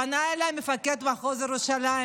פנה אליי מפקד מחוז ירושלים